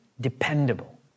dependable